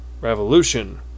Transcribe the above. Revolution